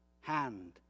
hand